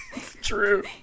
true